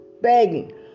begging